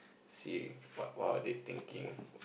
see what what are they thinking